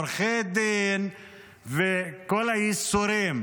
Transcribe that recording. עורכי דין וכל הייסורים